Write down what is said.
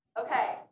Okay